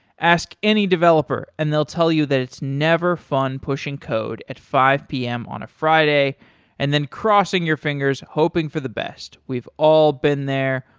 ask any developer and they'll tell you that it's never fun pushing code at five p m. on a friday and then crossing your fingers hoping for the best. we've all been there.